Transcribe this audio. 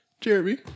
Jeremy